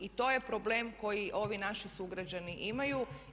I to je problem koji ovi naši sugrađani imaju.